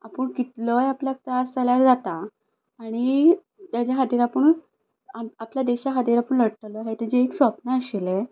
आपूण कितलोय आपल्याक त्रास जाल्यार जाता आनी तेज्या खातीर आपूण आपल्या देशा खातीर आपूण लडटलो हें तेजें एक सपन आशिल्लें